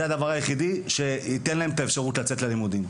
זהו הדבר היחידי שייתן להם את האפשרות לצאת ללימודים.